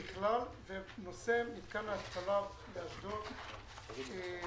פעילויות של החברה הזאת בכלל ונושא מתקן ההתפלה באשדוד בפרט.